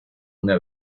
una